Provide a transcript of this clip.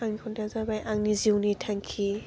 आंनि खन्थाइया जाबाय आंनि जिउनि थांखि